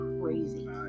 crazy